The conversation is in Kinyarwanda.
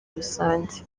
rusange